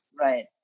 Right